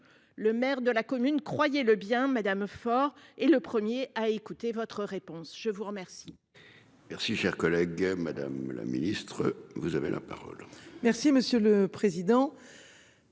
Le maire de la commune, croyez-le bien, Madame fort et le 1er à écouter votre réponse je vous remercie. Merci cher collègue. Madame la ministre vous avez la parole. Merci monsieur le président.